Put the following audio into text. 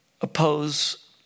Oppose